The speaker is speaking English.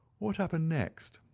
what happened next?